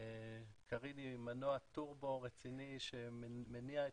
קרין היא מנוע טורבו רציני שמניע,